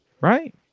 right